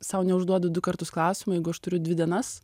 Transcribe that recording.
sau neužduodu du kartus klausimų jeigu aš turiu dvi dienas